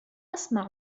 أسمع